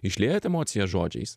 išliejat emocijas žodžiais